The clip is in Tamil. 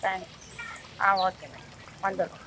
thanks ah okay madam வந்துர்றோம்